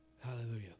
Hallelujah